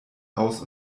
aus